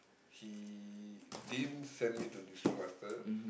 he didn't send me to discipline-master